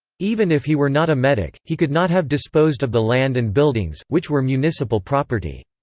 even if he were not a metic, he could not have disposed of the land and buildings, which were municipal property.